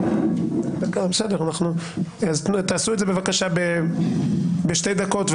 אז תעשו את זה בבקשה בשתי דקות,